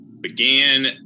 began